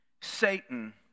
Satan